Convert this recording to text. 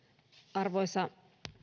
arvoisa